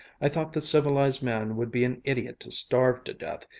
i thought the civilized man would be an idiot to starve to death,